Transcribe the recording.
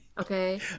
Okay